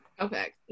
Okay